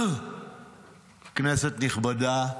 כנסת נכבדה,